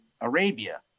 Arabia